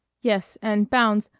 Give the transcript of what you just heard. yes, and bounds,